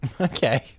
okay